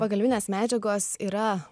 pagalbinės medžiagos yra